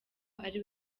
ari